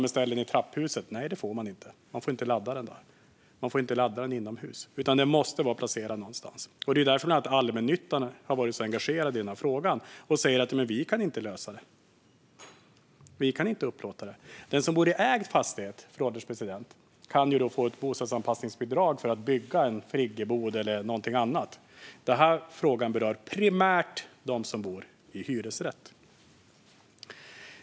Nej, det får man inte, enligt gällande regelverk. Man får inte ladda den där. Man får inte ladda den inomhus, utan den måste vara placerad någonstans. Det är därför allmännyttan har varit så engagerad i den här frågan och säger: "Vi kan inte lösa detta - vi kan inte upplåta plats." Den som bor i ägd fastighet, fru ålderspresident, kan få ett bostadsanpassningsbidrag för att bygga en friggebod eller någonting annat. Den här frågan berör primärt dem som bor i hyresrätt.